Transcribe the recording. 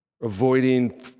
avoiding